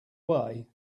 way